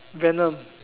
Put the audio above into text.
venom